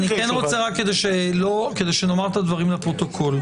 כדי שנאמר את הדברים לפרוטוקול,